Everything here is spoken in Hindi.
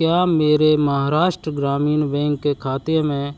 क्या मेरे महाराष्ट्र ग्रामीण बैंक के खाते में